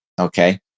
Okay